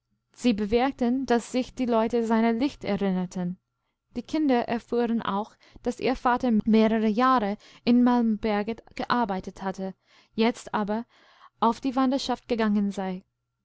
sie bewirkten daß sich die leute seiner leicht erinnerten die kinder erfuhren auch daß ihr vater mehrere jahre in malmberget gearbeitet hatte jetzt aber auf die wanderschaft gegangen sei